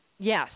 Yes